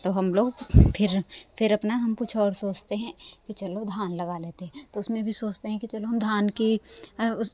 तो हम लोग फिर फिर अपना हम कुछ और सोचते हैं कि चलो धान लगा लेते हैं तो उसमें भी सोचते हैं कि चलो हम धान की उस